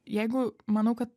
jeigu manau kad